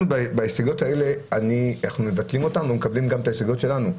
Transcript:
אנחנו בהסתייגויות האלה מבטלים אותן ומקבלים גם את ההסתייגויות שלנו.